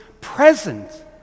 present